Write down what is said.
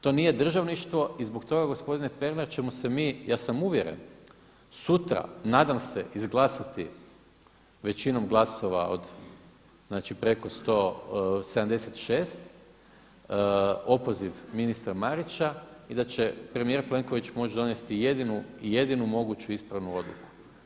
To nije državništvo i zbog toga gospodine Pernar ćemo se mi, ja sam uvjeren sutra nadam se izglasati većinom glasova, znači preko 76 opoziv ministra Marića i da će premijer Plenković moći donesti jedinu moguću ispravnu odluku.